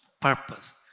purpose